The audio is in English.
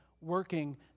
working